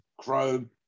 chrome